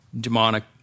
demonic